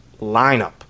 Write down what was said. lineup